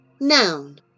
noun